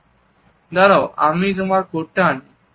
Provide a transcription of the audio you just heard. হ্যাঁ দাড়াও আমি আমার কোট টা আনি